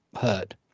hurt